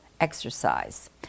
exercise